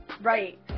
right